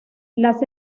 las